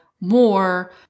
more